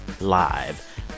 live